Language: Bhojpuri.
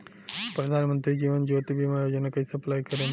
प्रधानमंत्री जीवन ज्योति बीमा योजना कैसे अप्लाई करेम?